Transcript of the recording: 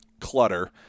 clutter